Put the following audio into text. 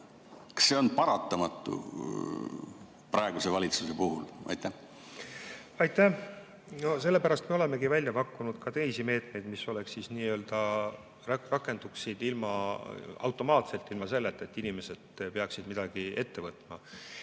Kas see on paratamatu praeguse valitsuse puhul? Aitäh! Sellepärast me olemegi välja pakkunud ka teisi meetmeid, mis rakenduksid automaatselt, ilma selleta, et inimesed peaksid midagi ette võtma.